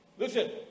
Listen